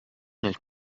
nel